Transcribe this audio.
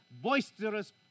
boisterous